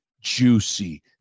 juicy